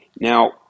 Now